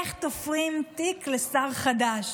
איך תופרים תיק לשר חדש?